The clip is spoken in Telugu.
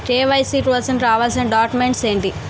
కే.వై.సీ కోసం కావాల్సిన డాక్యుమెంట్స్ ఎంటి?